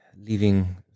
leaving